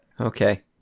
Okay